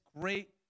great